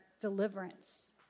deliverance